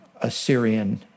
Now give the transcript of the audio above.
Assyrian